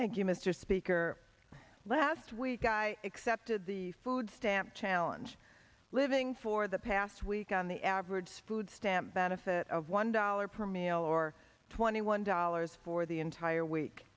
thank you mr speaker last week i accepted the food stamp challenge living for the past week on the average food stamp benefit of one dollar per meal or twenty one dollars for the entire week